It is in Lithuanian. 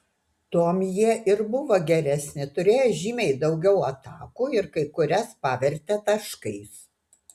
tuom jie ir buvo geresni turėjo žymiai daugiau atakų ir kai kurias pavertė taškais